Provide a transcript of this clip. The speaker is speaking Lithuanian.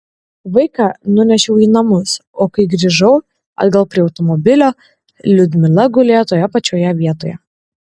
vaiką nunešiau į namus o kai grįžau atgal prie automobilio liudmila gulėjo toje pačioje vietoje